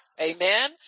Amen